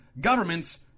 governments